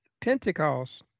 Pentecost